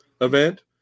event